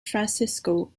francisco